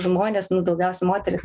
žmonės daugiausia moterys